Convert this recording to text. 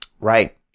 Right